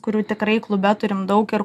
kurių tikrai klube turim daug ir